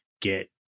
get